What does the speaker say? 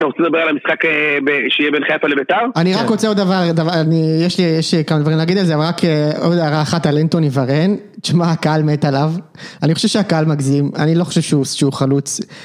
אתה רוצה לדבר על המשחק שיהיה בין חיפה לבית"ר? אני רק רוצה עוד דבר, יש לי כמה דברים להגיד על זה, אבל רק עוד הערה אחת על אינטוני וארן, שמע הקהל מת עליו, אני חושב שהקהל מגזים, אני לא חושב שהוא חלוץ.